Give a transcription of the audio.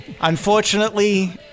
Unfortunately